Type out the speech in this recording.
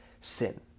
sin